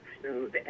smooth